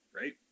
Right